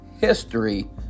history